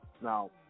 Now